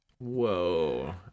whoa